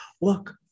look